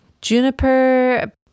juniper